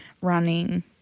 running